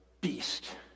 beast